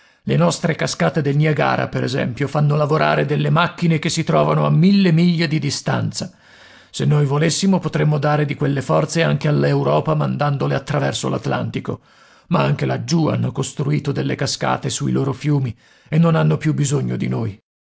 le nostre cascate del niagara per esempio fanno lavorare delle macchine che si trovano a mille miglia di distanza se noi volessimo potremmo dare di quelle forze anche all'europa mandandole attraverso l'atlantico ma anche laggiù hanno costruito delle cascate sui loro fiumi e non hanno più bisogno di noi